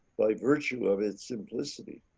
by virtue of its simplicity.